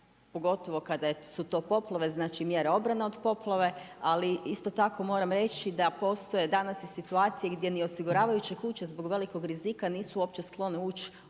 pogotovo kada su to poplave, znači mjera obrane od poplave, ali isto tako moram reći, da postoje danas i situacije, gdje ni osiguravajuće kuće zbog velikog rizika, nisu uopće sklone ući